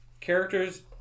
characters